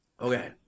Okay